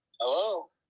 Hello